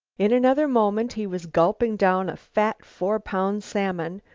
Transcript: in another moment he was gulping down a fat, four-pound salmon,